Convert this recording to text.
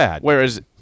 whereas